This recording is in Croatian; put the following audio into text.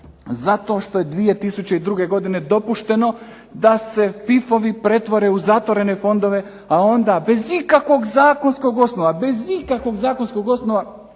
Zato što je 2002. godine dopušteno da se PIF-ovi pretvore u zatvorene fondove, a onda bez ikakvog zakonskog osnova holding kompanije,